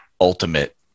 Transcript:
ultimate